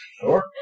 Sure